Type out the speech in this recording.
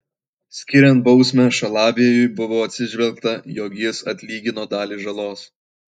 skiriant bausmę šalaviejui buvo atsižvelgta jog jis atlygino dalį žalos